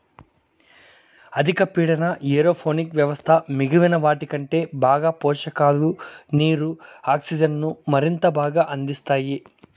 అధిక పీడన ఏరోపోనిక్ వ్యవస్థ మిగిలిన వాటికంటే బాగా పోషకాలు, నీరు, ఆక్సిజన్ను మరింత బాగా అందిస్తాయి